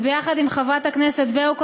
וביחד עם חברת הכנסת ברקו,